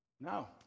No